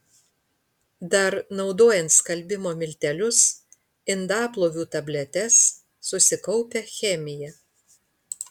dar naudojant skalbimo miltelius indaplovių tabletes susikaupia chemija